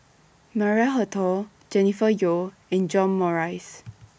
Maria Hertogh Jennifer Yeo and John Morrice